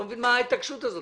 אני לא מבין מה ההתעקשות הזאת.